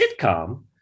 sitcom